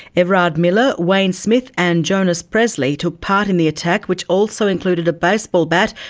everard miller, wayne smith and johnas presley took part in the attack which also included a baseball bat,